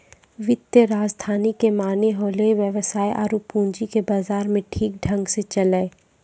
वित्तीय राजधानी के माने होलै वेवसाय आरु पूंजी के बाजार मे ठीक ढंग से चलैय